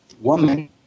woman